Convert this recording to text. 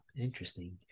Interesting